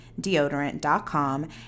deodorant.com